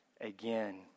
again